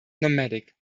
nomadic